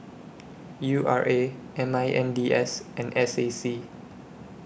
U R A M I N D S and S A C